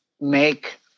make